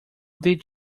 did